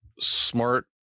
smart